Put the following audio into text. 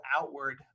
outward